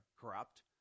corrupt